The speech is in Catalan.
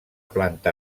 planta